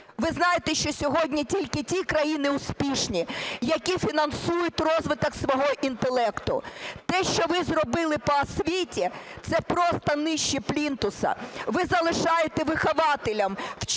Ви знаєте, що сьогодні тільки ті країни успішні, які фінансують розвиток свого інтелекту, те, що ви зробили по освіті, - це просто нижче плінтуса. Ви залишаєте вихователям, учителям,